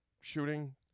shooting